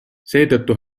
seetõttu